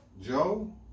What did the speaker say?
Joe